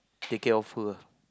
take care of her